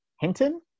Hinton